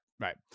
Right